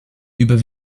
über